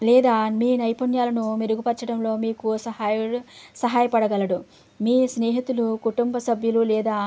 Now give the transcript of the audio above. లేదా మీ నైపుణ్యాలను మెరుగుపరచడంలో మీకు సహాయ సహాయపడగలడు మీ స్నేహితులు కుటుంబ సభ్యులు లేదా